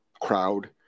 crowd